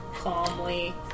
calmly